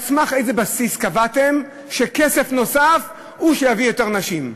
על סמך איזה בסיס קבעתם שכסף נוסף הוא שיביא יותר נשים?